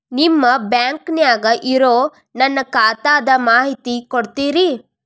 ನಿಮ್ಮ ಬ್ಯಾಂಕನ್ಯಾಗ ಇರೊ ನನ್ನ ಖಾತಾದ ಮಾಹಿತಿ ಕೊಡ್ತೇರಿ?